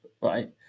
right